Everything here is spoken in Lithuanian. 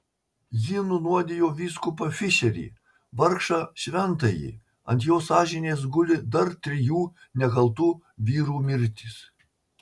ji nunuodijo vyskupą fišerį vargšą šventąjį ant jos sąžinės guli dar trijų nekaltų vyrų mirtys